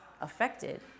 affected